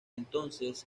entonces